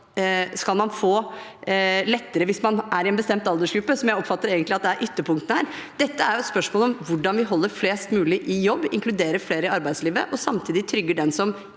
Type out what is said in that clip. ytelsen skal man få lettere hvis man er i en bestemt aldersgruppe, som jeg oppfatter er ytterpunktene her. Dette er et spørsmål om hvordan vi holder flest mulig i jobb, inkluderer flere i arbeidslivet og samtidig trygger dem som